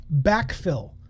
backfill